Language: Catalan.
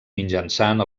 mitjançant